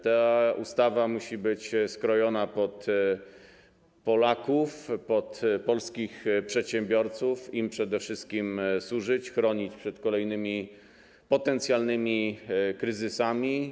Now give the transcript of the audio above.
Ta ustawa musi być skrojona pod Polaków, pod polskich przedsiębiorców, to im przede wszystkim służyć, to ich chronić przed kolejnymi potencjalnymi kryzysami.